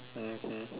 mmhmm